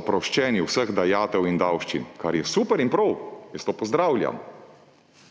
oproščeni vseh dajatev in davščin. Kar je super in prav, jaz to pozdravljam.